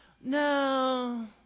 No